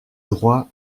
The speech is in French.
droit